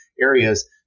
areas